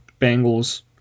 Bengals